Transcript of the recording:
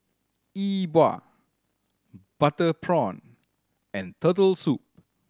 E Bua butter prawn and Turtle Soup